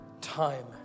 time